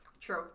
True